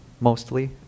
mostly